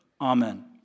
Amen